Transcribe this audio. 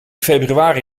februari